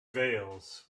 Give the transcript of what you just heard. veils